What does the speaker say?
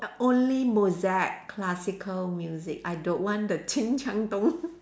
only Mozart classical music I don't want the